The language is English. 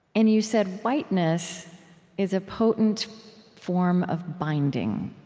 and you said, whiteness is a potent form of binding.